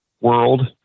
world